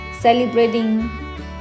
celebrating